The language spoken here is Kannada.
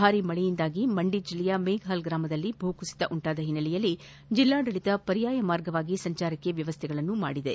ಭಾರೀ ಮಳೆಯಿಂದಾಗಿ ಮಂಡಿ ಜಿಲ್ಲೆಯ ಮೇಫಾಲ್ ಗ್ರಾಮದಲ್ಲಿ ಭೂಕುಸಿತ ಉಂಟಾದ ಹಿನ್ನೆಲೆಯಲ್ಲಿ ಜಿಲ್ಲಾಡಳಿತ ಪರ್ಯಾಯ ಮಾರ್ಗವಾಗಿ ಸಂಚಾರಕ್ಕೆ ವ್ದವಸ್ಥೆ ಕೈಗೊಂಡಿದೆ